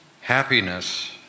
happiness